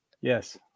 Yes